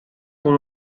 por